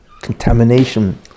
contamination